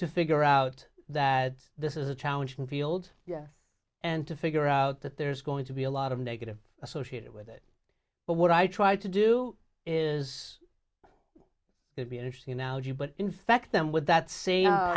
to figure out that this is a challenging field yes and to figure out that there's going to be a lot of negative associated with it but what i try to do is be an interesting analogy but infect them with that